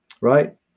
right